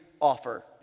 offer